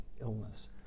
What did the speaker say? illness